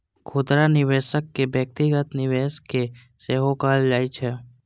खुदरा निवेशक कें व्यक्तिगत निवेशक सेहो कहल जाइ छै